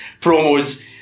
promos